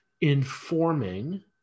informing